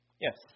Yes